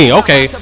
okay